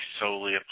solely